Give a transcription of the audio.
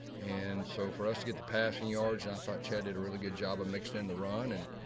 and so for us to get the passing yards. i thought chad did a really good job of mixed in the run and